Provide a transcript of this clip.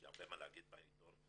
יש לי הרבה מה לומר בנדון,